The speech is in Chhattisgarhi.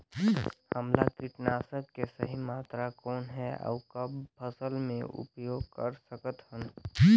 हमला कीटनाशक के सही मात्रा कौन हे अउ कब फसल मे उपयोग कर सकत हन?